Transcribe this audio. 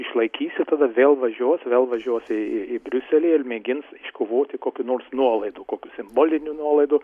išlaikys ir tada vėl važiuos vėl važiuos į į į briuselį ir mėgins iškovoti kokių nors nuolaidų kokių simbolinių nuolaidų